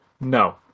no